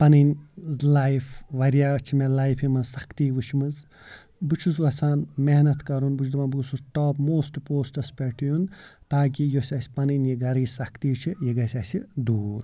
پَنٕنۍ لایف واریاہ چھِ مےٚ لایفہِ منٛز سختی وٕچھمٕژ بہٕ چھُس یِژھان محنت کَرُن بہٕ چھُس دَپان بہٕ گوٚژھُس ٹاپ موسٹ پوسٹَس پٮ۪ٹھ یُن تاکہِ یوٚس اَسہِ پَنٕنۍ یہِ گرٕچ سختی چھِ یہِ گژھِ اَسہِ دوٗر